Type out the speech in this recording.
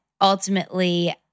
ultimately